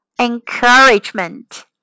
encouragement